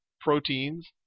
proteins